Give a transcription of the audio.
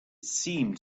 seemed